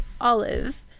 Olive